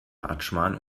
adschman